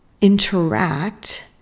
interact